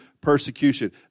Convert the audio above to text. persecution